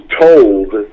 told